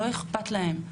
לא אכפת להם,